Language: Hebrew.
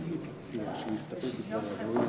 שוויון חברתי.